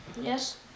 Yes